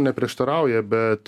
neprieštarauja bet